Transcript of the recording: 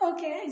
Okay